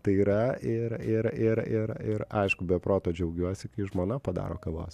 tai yra ir ir ir ir ir aišku be proto džiaugiuosi kai žmona padaro kavos